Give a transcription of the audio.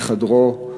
לחדרו,